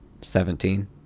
Seventeen